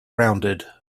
rounded